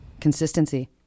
consistency